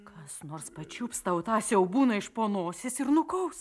kas nors pačiups tau tą siaubūną iš po nosies ir nukaus